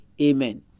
Amen